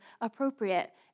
appropriate